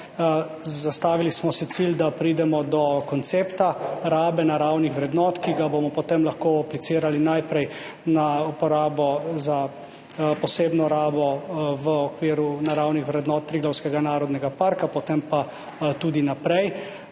Zastavili smo si cilj, da pridemo do koncepta rabe naravnih vrednot, ki ga bomo lahko aplicirali najprej na uporabo za posebno rabo v okviru naravnih vrednot Triglavskega narodnega parka potem pa tudi naprej.